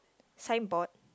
signboard